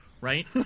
Right